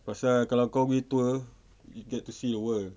pasal kalau kau pergi tour you get to see the world